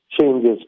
changes